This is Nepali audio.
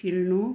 खेल्नु